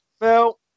Phil